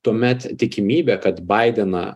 tuomet tikimybė kad baideną